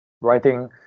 writing